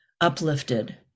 uplifted